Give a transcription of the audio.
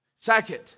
Second